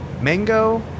Mango